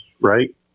right